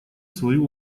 свою